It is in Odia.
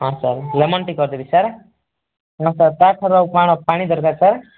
ହଁ ସାର୍ ଲେମନ୍ ଟୀ କରିଦେବି ସାର୍ ହଁ ସାର୍ ତା ସାଙ୍ଗରେ କଣ ପାଣି ଦରକାର୍ ସାର୍